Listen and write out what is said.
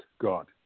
god